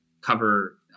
cover